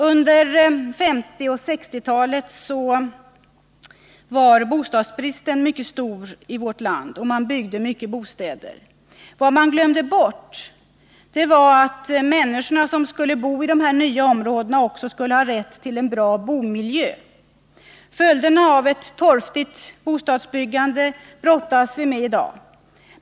Under 1950 och 1960-talen var bostadsbristen mycket stor i vårt land, och man byggde mycket bostäder. Vad man glömde bort var att människorna som skulle bo i de nya områdena också skulle ha rätt till en bra bomiljö. Följderna av ett torftigt bostadsbyggande brottas vi med i dag.